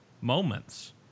moments